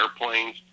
airplanes